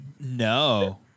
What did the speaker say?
No